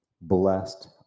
blessed